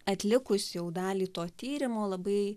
atlikus jau dalį to tyrimo labai